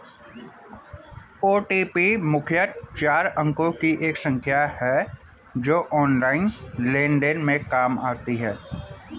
OTP मुख्यतः चार अंकों की एक संख्या है जो ऑनलाइन लेन देन में काम आती है